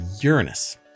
Uranus